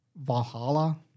Valhalla